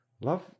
love